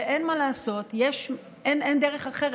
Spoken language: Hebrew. אין מה לעשות, אין דרך אחרת.